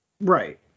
Right